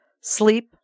sleep